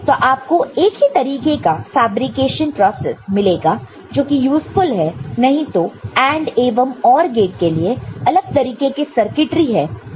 तो आप को एक ही तरीके का फैब्रिकेशन प्रोसेस मिलेगा जो कि यूज़फुल है नहीं तो AND एवं OR गेट के लिए अलग तरीके के सर्किटरी है जो हमने पहले देखा है